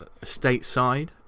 stateside